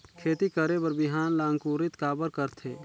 खेती करे बर बिहान ला अंकुरित काबर करथे?